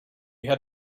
had